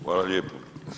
Hvala lijepo.